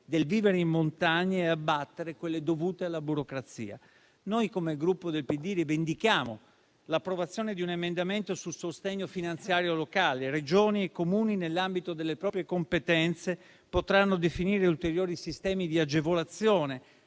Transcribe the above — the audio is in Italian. del vivere in montagna e abbattere quelle dovute alla burocrazia. Noi come Gruppo PD rivendichiamo l'approvazione di un emendamento sul sostegno finanziario locale: Regioni e Comuni, nell'ambito delle proprie competenze, potranno definire ulteriori sistemi di agevolazione,